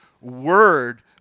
word